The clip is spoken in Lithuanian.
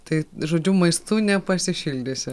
tai žodžiu maistu nepasišildysi